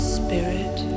spirit